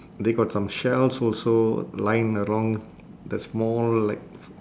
they got some shells also lying around the small like